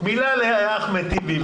מילה לאחמד טיבי.